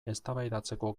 eztabaidatzeko